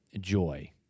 joy